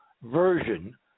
version